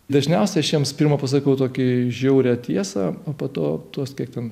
dažniausia aš jiems pirma pasakau tokią žiaurią tiesą o po to tuos kiek ten